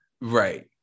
Right